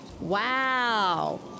Wow